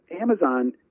Amazon